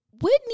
Whitney